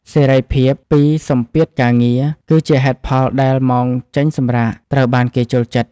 សេរីភាពពីសម្ពាធការងារ គឺជាហេតុផលដែលម៉ោងចេញសម្រាកត្រូវបានគេចូលចិត្ត។